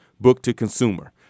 book-to-consumer